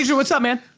what's up man?